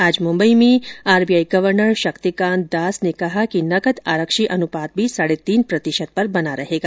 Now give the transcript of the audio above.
आज मुम्बई में RBI governor Shaktikanta Das ने कहा कि नकद आरक्षी अनुपात भी साढे तीन प्रतिशत पर बना रहेगा